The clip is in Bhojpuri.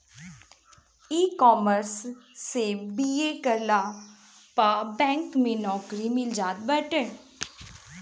इकॉमर्स से बी.ए करला पअ बैंक में नोकरी मिल जात बाटे